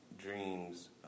dreams